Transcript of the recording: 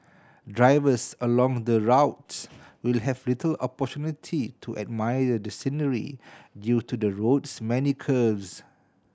drivers along the route will have little opportunity to admire the scenery due to the road's many curves